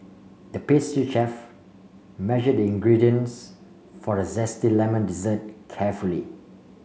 the pastry chef measured the ingredients for a zesty lemon dessert carefully